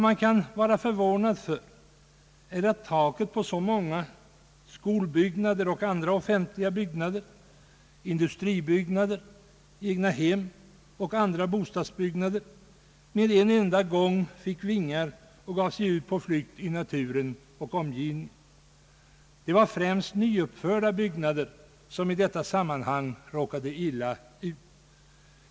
Man kan vara förvånad över att taken på så många skolbyggnader och andra offentliga byggnader, industribyggnader, egnahem och andra bostadsbyggnader med en enda gång fick vingar och gav sig ut på flykt i naturen. Det var främst nyuppförda byggnader som i detta sammanhang råkade illa ut.